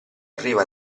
arriva